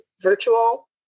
virtual